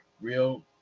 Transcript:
real